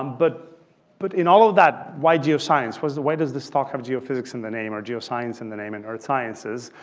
um but but in all of that, why geoscience? what's the way does this talk of geophysics in the name or geoscience in the name and earth sciences?